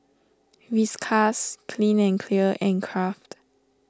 Whiskas Clean and Clear and Kraft